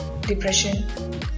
depression